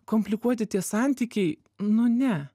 komplikuoti tie santykiai nu ne